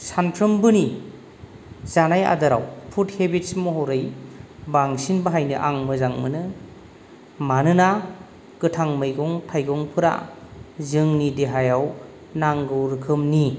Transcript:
सानफ्रोमबोनि जानाय आदाराव फुद हेबिट्स महरै बांसिन बाहायनो आं मोजां मोनो मानोना गोथां मैगं थायगंफोरा जोंनि देहायाव नांगौ रोखोमनि